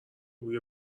بوی